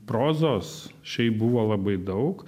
prozos šiaip buvo labai daug